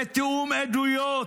לתיאום עדויות,